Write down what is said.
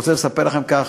רוצה לספר לכם כך.